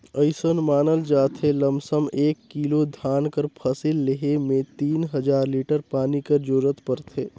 अइसन मानल जाथे लमसम एक किलो धान कर फसिल लेहे में तीन हजार लीटर पानी कर जरूरत परथे